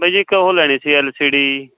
ਬਾਈ ਜੀ ਇੱਕ ਉਹ ਲੈਣੀ ਸੀ ਐਲ ਸੀ ਡੀ